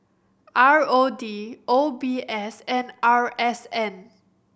R O D O B S and R S N